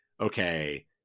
okay